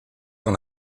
dans